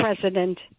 president